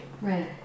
Right